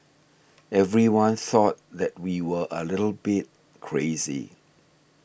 everyone thought that we were a little bit crazy